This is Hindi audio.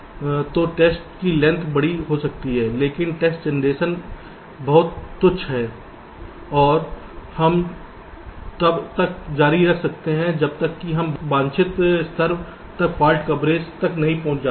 तो टेस्ट की लेंथ बड़ी हो सकती है लेकिन टेस्ट जनरेशन बहुत तुच्छ है और हम तब तक जारी रख सकते हैं जब तक कि हम एक वांछित स्तर तक फाल्ट कवरेज तक नहीं पहुंच जाते